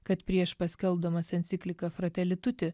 kad prieš paskelbdamas encikliką frateli tuti